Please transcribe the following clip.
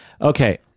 Okay